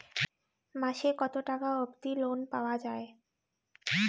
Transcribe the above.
মাসে কত টাকা অবধি লোন পাওয়া য়ায়?